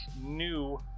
new